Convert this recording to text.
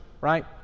right